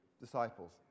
disciples